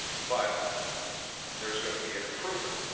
but there's going to be an improvement.